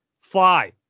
Fly